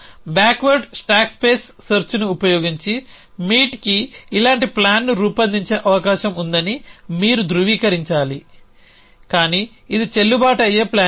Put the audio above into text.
backward stack space సెర్చ్ని ఉపయోగించి మీట్కి ఇలాంటి ప్లాన్ను రూపొందించే అవకాశం ఉందని మీరు ధృవీకరించాలి కానీ ఇది చెల్లుబాటు అయ్యే ప్లాన్ కాదు